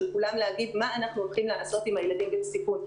של כולם להגיד מה אנחנו הולכים לעשות עם הילדים בסיכון.